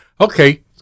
Okay